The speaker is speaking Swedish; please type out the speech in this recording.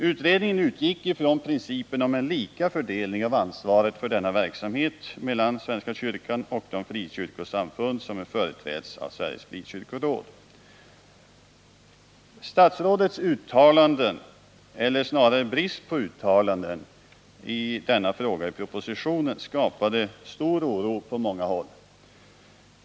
Utredningen utgick från principen om en lika fördelning av ansvaret för denna verksamhet mellan svenska kyrkan och frikyrkosamfunden, företrädda av Sveriges frikyrkoråd. Statsrådets uttalanden, eller snarare brist på uttalanden, i denna fråga i propositionen skapade stor oro på många håll.